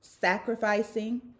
sacrificing